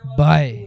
bye